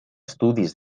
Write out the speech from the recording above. estudis